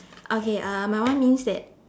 okay uh my one means that